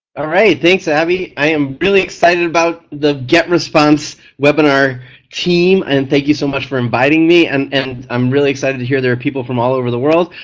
alright, thanks abby. i am really excited about the getresponse webinar team and thank you so much for inviting me and and i'm really excited to hear there are people from all over the world.